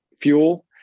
fuel